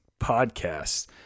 podcasts